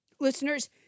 Listeners